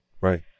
right